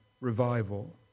revival